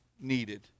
needed